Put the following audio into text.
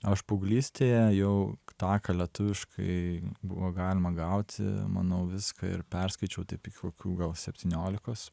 aš paauglystėje jau tą ką lietuviškai buvo galima gauti manau viską ir perskaičiau taip iki kokių gal septyniolikos